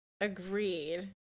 Agreed